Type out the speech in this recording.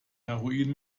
heroin